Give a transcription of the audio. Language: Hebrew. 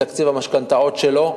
מתקציב המשכנתאות שלו,